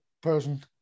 person